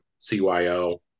CYO